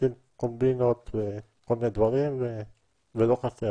עושים קומבינות וכל מיני דברים ולא חסר.